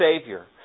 Savior